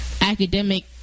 academic